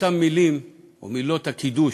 במילות הקידוש.